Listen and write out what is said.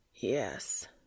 Yes